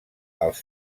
als